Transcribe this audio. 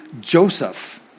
Joseph